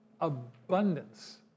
abundance